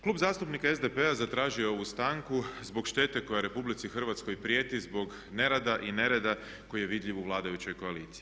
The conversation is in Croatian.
Klub zastupnika SDP-a zatražio je ovu stanku zbog štete koja RH prijeti zbog ne rada i nereda koji je vidljiv u vladajućoj koaliciji.